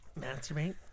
masturbate